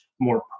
more